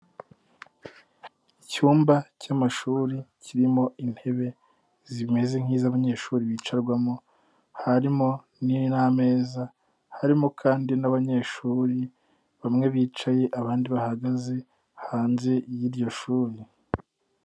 Icyumba cy'amashuri kirimo intebe zimeze nk'iz'abanyeshuri bicarwamo, harimo n'amezaza, harimo kandi n'abanyeshuri bamwe bicaye abandi bahagaze hanze y'iryo shuri.